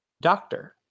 Doctor